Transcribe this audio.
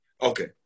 okay